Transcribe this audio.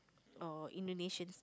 or Indonesian